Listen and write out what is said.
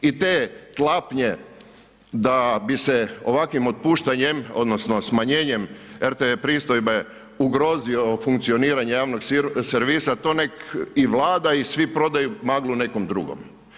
I te tlapnje da bi se ovakvim otpuštanjem odnosno smanjenjem rtv pristojbe ugrozilo funkcioniranje javnog servisa to nek i Vlada i svi prodaju maglu nekom drugom.